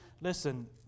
Listen